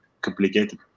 complicated